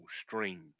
strange